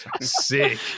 Sick